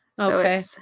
okay